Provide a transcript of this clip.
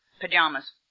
pajamas